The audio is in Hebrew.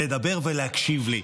לדבר ולהקשיב לי.